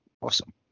Awesome